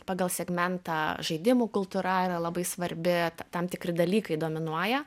pagal segmentą žaidimų kultūra yra labai svarbi ta tam tikri dalykai dominuoja